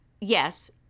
Yes